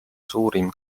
suurim